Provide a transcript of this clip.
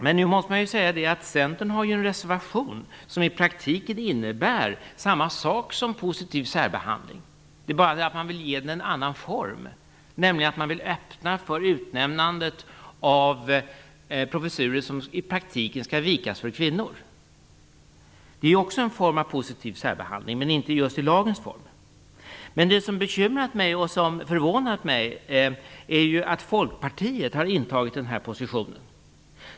Men det måste sägas att Centern har avgett en reservation som i praktiken innebär samma sak som positiv särbehandling. Man vill bara ge den en annan form, nämligen att öppna möjligheten till instiftande av professurer som i praktiken skall vikas för kvinnor. Detta är också en form av positiv särbehandling, om än inte just i lagens form. Något som bekymrat och förvånat mig är att Folkpartiet har intagit denna position.